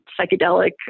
psychedelic